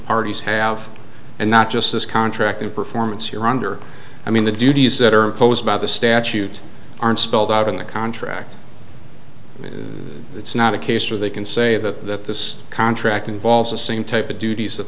parties have and not just this contract in performance you're under i mean the duties that are imposed by the statute aren't spelled out in the contract it's not a case or they can say that this contract involves the same type of duties